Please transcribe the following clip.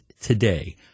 today